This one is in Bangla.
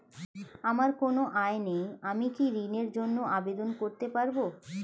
আমার কোনো আয় নেই আমি কি ঋণের জন্য আবেদন করতে পারব?